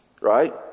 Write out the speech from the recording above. Right